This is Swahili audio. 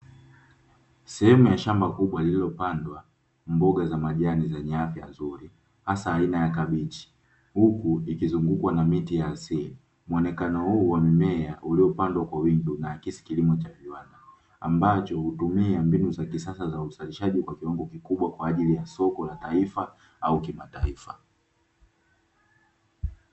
Sehemu ya shamba kubwa iliyopandwa mboga za majani zenye afya nzuri, hasa aina ya kabichi, huku ikizungukwa na miti ya asili, muonekano huu wa mimea uliopandwa kwa wigo unaaakisi kilimo cha viwanda, ambacho hutumia mbinu za kisasa za uzalishaji kwa ajili ya soko la taifa au kimataifa.